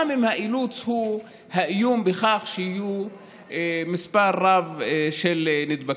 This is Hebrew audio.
גם אם האילוץ הוא האיום בכך שיהיה מספר רב של נדבקים.